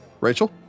Rachel